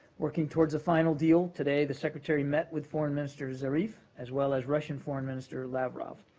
working towards a final deal, today the secretary met with foreign minister zarif as well as russian foreign minister lavrov,